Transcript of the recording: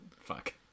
Fuck